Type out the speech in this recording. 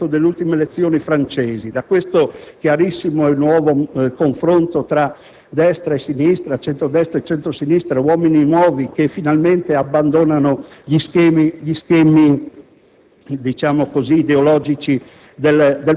in quest'Aula, in Italia, sono affascinati dall'esito delle ultime elezioni francesi, da questo chiarissimo e nuovo confronto tra destra e sinistra, tra centro-destra e centro-sinistra, tra uomini nuovi che finalmente abbandonano gli schemi ideologici